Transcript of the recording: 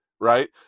right